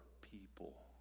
people